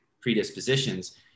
predispositions